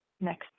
next